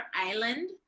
island